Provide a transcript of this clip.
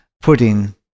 putting